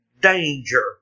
danger